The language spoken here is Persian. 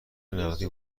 نقدی